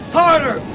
harder